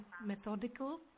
methodical